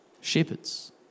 shepherds